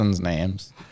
names